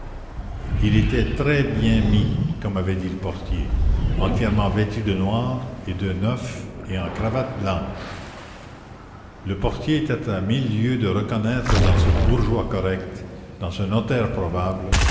il était très bien mis comme avait dit le portier entièrement vêtu de noir et de neuf et en cravate blanche le portier était à mille lieues de reconnaître dans ce bourgeois correct dans ce notaire probable